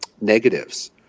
negatives